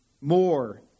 More